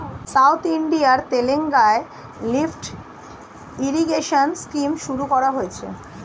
south ইন্ডিয়ার তেলেঙ্গানায় lift irrigation scheme শুরু করা হয়েছে